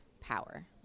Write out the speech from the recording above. power